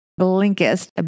blinkist